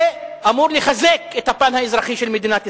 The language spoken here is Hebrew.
זה אמור לחזק את הפן האזרחי של מדינת ישראל.